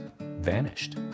vanished